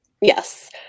yes